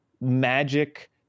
magic